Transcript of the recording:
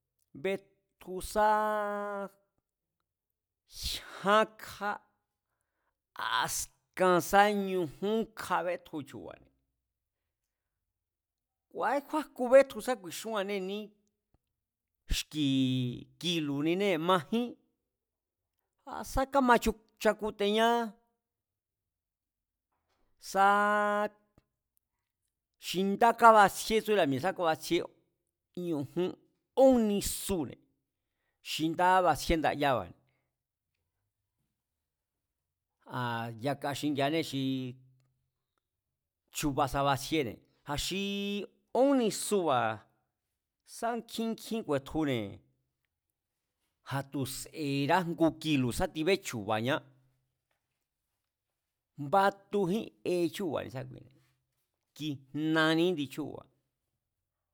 Betju sáá jyán kja askan sá ñujún kjabetju chu̱ba̱ne̱, ku̱a̱éjkjúan jku betju sá ku̱i̱xúnñané ní xki̱ kilu̱ninée̱ majín, a̱sá kamachakutennñá, sáá xi ndá kábatsjíé tsúra̱ mi̱e̱ sá kabatsjíé sá ñujún ón nisune̱ ndayába̱ne̱, a̱ yaka xingi̱a̱anée̱ xi chubasa batsjíéne̱, a̱ xi ón nisuba̱ sá kjín, kjín ku̱e̱tjune̱ a̱ tu̱se̱era ngu kilu̱ sá tibéchu̱ba̱ñá. batujín e chuu̱ba̱ nísíkuine̱, kijnani índi chúu̱ba̱.